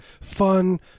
fun